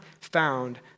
found